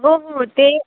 हो हो ते